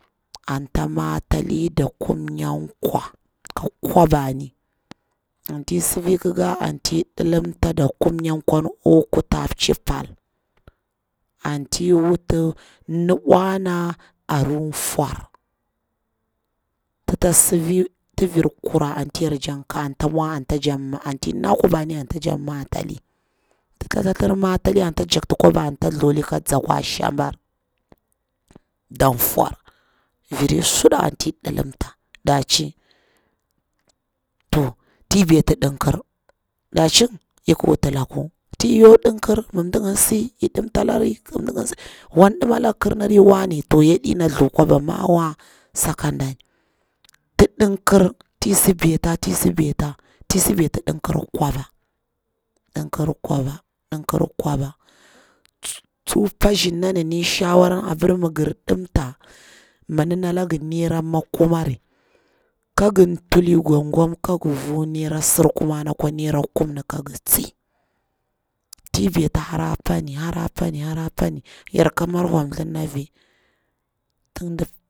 Anta matali da kumnya kwa ka ka larabani, anti sifi kikari, anti ɗilimta da kum nya kwani akwa kuta pchi pal, anti wuti nubwana aru fwar, ti sifi ti vir kura anti yar jakti ka, anti ta mwar anti na kwabani anti ta mwar anti na kwabwani anti ta jakti matali tita thlatir matali anta jaktah ka nzakwa shabar nda fwar viri suɗa anti ɗilimta daci, to ti beti mdimkir, docin ik wuti laku, tin yakwa mdimkir, mi ndi ngini si i tim talari, mi din gini ey timtalari wan dima langi kirniri wa ne to yaɗe thlu kwaba mawa saka dani, tin dim kir tisi beta tisi beta tin isi beti mdimkirir kwaba mdikirir kwaba, mdikirir kwaba, tsu pazhirna nani shawarar abir mi gir dimta mi adi nalangi nair makumari ka ngi tuli gwamgwan kagi vu naira surkumari naira kum ka gi tsi, ti beti hara pani hara pani hara pani yarka mar hwapthir na avi tida.